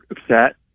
upset